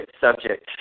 subject